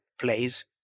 plays